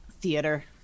theater